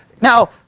Now